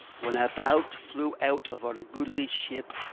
when a bout flew out of our goodly ship,